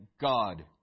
God